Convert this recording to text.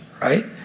right